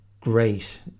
great